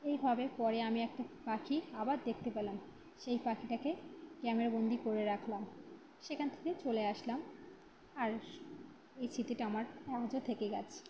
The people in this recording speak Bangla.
এইভাবে পরে আমি একটা পাখি আবার দেখতে পেলাম সেই পাখিটাকে ক্যামেরাবন্দি করে রাখলাম সেখান থেকে চলে আসলাম আর এই স্মৃতিটা আমার আজও থেকে গিয়েছে